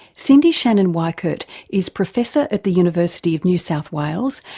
cyndi shannon weickert is professor at the university of new south wales,